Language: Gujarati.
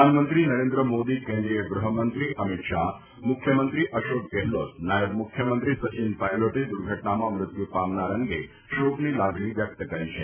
પ્રધાનમંત્રી નરેન્દ્ર મોદી કેન્દ્રીય ગૃહમંત્રી અમીત શાહ મુખ્યમંત્રી અશોક ગેહલોત નાથબ મુખ્યમંત્રી સચીન પાયલોટે દુર્ઘટનામાં મૃત્યુ પામનાર અંગે શોકની લાગણી વ્યક્ત કરી છે